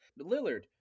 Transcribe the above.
Lillard